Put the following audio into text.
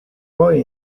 poi